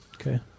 Okay